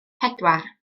pedwar